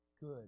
good